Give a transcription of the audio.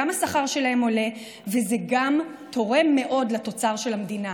גם השכר שלהם עולה וזה גם תורם מאוד לתוצר של המדינה.